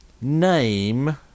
Name